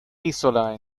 hízola